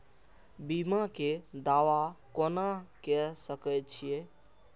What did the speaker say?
बीमा के दावा कोना के सके छिऐ?